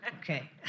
Okay